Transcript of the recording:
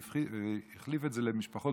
והחליף את זה ב"משפחות